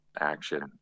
action